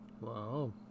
Wow